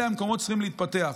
אלה המקומות שצריכים להתפתח.